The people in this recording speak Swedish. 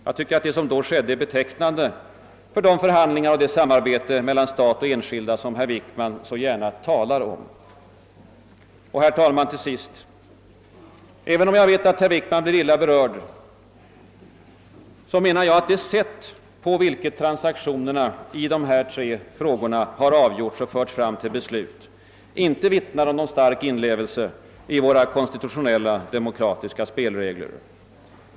Det som då skedde är betecknande för de förhandlingar och det samarbete mellan stat och enskilda som herr Wickman så gärna talar om. Herr talman! Även om jag vet att herr Wickman blir illa berörd om jag säger det, anser jag att det sätt på vilket transaktionerna i dessa tre frågor avgjorts och förts fram till beslut inte vittnar om någon stark inlevelse i våra konstitutionella, demokratiska spelregler.